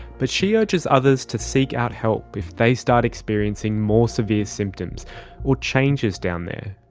but she urges others to seek out help if they start experiencing more severe symptoms or changes down there.